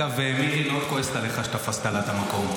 אגב מירי מאוד כועסת עליך שתפסת לה את המקום.